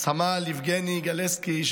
סמל יבגני גלסקי,